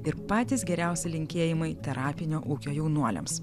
ir patys geriausi linkėjimai terapinio ūkio jaunuoliams